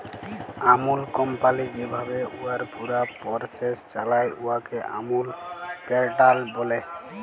আমূল company যেভাবে উয়ার পুরা পরসেস চালায়, উয়াকে আমূল প্যাটার্ল ব্যলে